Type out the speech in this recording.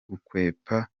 gukwepa